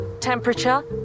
temperature